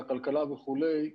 לכלכלה וכולי.